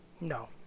No